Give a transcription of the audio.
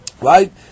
Right